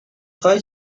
خوای